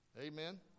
Amen